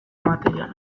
materiala